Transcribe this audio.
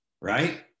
Right